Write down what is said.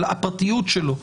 על הפרטיות שלו,